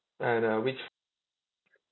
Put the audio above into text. and uh which